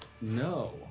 No